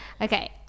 Okay